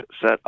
set